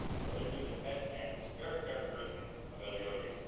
so they do this headstand which is very characteristic of eleodes,